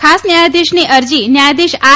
ખાસ ન્યાયાધીશની અરજી ન્યાયાધીશ આર